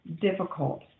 difficult